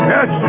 Yes